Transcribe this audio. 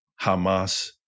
Hamas